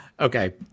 Okay